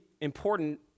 important